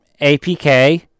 APK